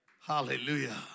Hallelujah